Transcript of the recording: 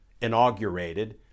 inaugurated